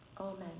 Amen